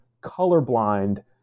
colorblind